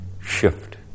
shift